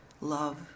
love